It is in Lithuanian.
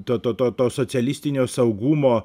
to to to socialistinio saugumo